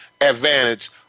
advantage